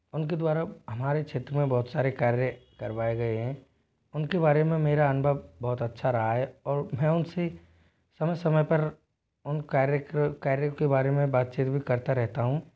उन के द्वारा हमारे क्षेत्र में बहुत सारे कार्य करवाए गए हैं उन के बारे में मेरा अनुभव बहुत अच्छा रहा है और मैं उन से समय समय पर उन कार्य कार्यों के बारे में बातचीत भी करता रहता हूँ